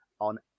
on